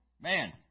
man